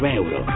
euro